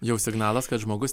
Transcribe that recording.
jau signalas kad žmogus